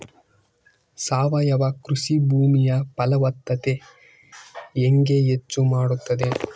ಸಾವಯವ ಕೃಷಿ ಭೂಮಿಯ ಫಲವತ್ತತೆ ಹೆಂಗೆ ಹೆಚ್ಚು ಮಾಡುತ್ತದೆ?